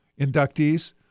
inductees